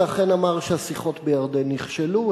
ואכן אמר שהשיחות בירדן נכשלו,